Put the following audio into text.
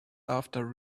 after